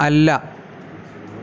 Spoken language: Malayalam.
അല്ല